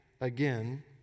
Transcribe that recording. again